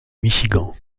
michigan